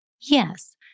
Yes